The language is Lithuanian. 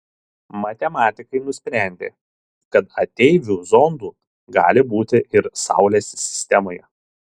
matematikai nusprendė kad ateivių zondų gali būti ir saulės sistemoje